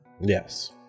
Yes